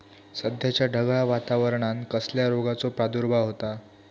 सध्याच्या ढगाळ वातावरणान कसल्या रोगाचो प्रादुर्भाव होता?